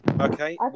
Okay